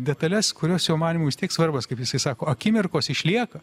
detales kurios jo manymu vis tiek svarbos kaip jisai sako akimirkos išlieka